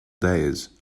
days